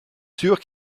sûr